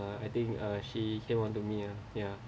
uh I think uh she came on to me ah ya